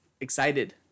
excited